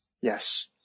Yes